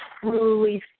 truly